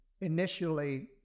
initially